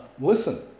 Listen